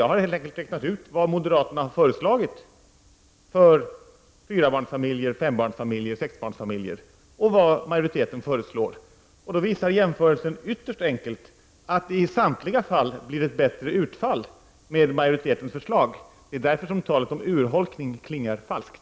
Jag har bara räknat ut vad moderaterna har föreslagit för fyra-, femoch sexbarnsfamiljer och vad majoriteten har föreslagit. Jämförelsen visar att det i samtliga fall blir ett bättre utfall med majoritetens förslag. Det är därför som talet om urholkning klingar falskt.